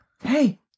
hey